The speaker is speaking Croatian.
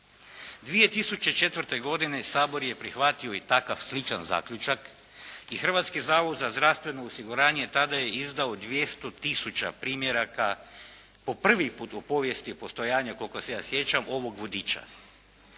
2004. godine Sabor je prihvatio i takav sličan zaključak i Hrvatski zavod za zdravstveno osiguranje tada je izdao 200 tisuća primjeraka po prvi put u povijesti postojanja koliko se ja sjećam ovog vodiča.